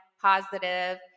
positive